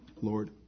Lord